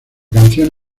canción